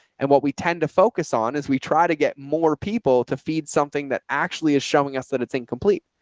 and what we tend to focus on is we try to get more people to feed something that actually is showing us that it's incomplete.